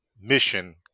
mission